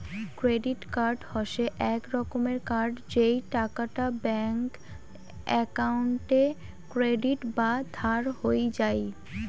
credit card হসে এক রকমের কার্ড যেই টাকাটা ব্যাঙ্ক একাউন্টে ক্রেডিট বা ধার হই যাই